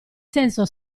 senso